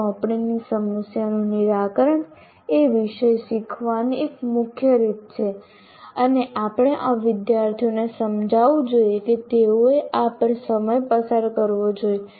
સોંપણીની સમસ્યાઓનું નિરાકરણ એ વિષય શીખવાની એક મુખ્ય રીત છે અને આપણે આ વિદ્યાર્થીઓને સમજાવવું જોઈએ કે તેઓએ આ પર સમય પસાર કરવો જોઈએ